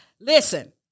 Listen